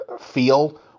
feel